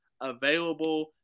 available